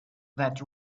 that